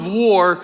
war